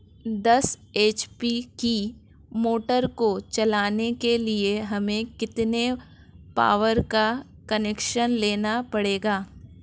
दस एच.पी की मोटर को चलाने के लिए हमें कितने पावर का कनेक्शन लेना पड़ेगा?